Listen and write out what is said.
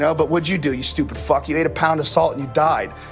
yeah but what'd you do, you stupid fuck? you ate a pound of salt and you died.